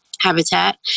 Habitat